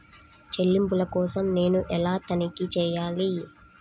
చెల్లింపుల కోసం నేను ఎలా తనిఖీ చేయాలి?